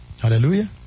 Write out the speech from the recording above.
Hallelujah